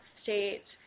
state